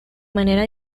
manera